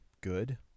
good